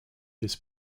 this